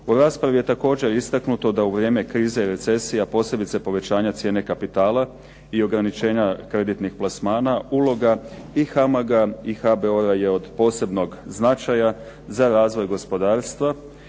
U raspravi je također istaknuto da u vrijeme krize i recesije, a posebice povećanja cijene kapitala i ograničenja kreditnih plasmana, uloga i HAMAG i HBOR-a je od posebnog značaja za razvoj gospodarstva